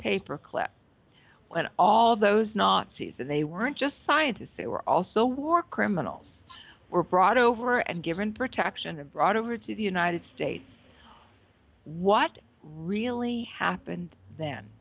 paperclips when all those nazis and they weren't just scientists they were also war criminals were brought over and given protection and brought over to the united states what really happened then